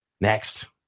next